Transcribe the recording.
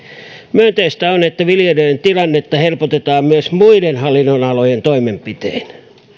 myönteistä on että viljelijöiden tilannetta helpotetaan myös muiden hallinnonalojen toimenpitein